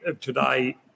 today